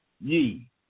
ye